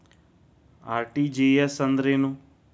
RTGS ಅಂದ್ರೇನು?